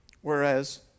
Whereas